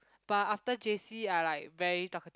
but after J_C I like very talkative